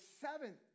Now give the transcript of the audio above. seventh